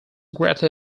greatly